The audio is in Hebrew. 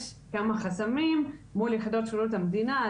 יש כמה חסמים מול יחידות שירות המדינה.